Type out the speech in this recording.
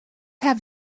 have